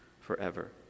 forever